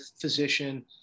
physician